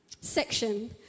section